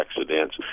accidents